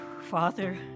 Father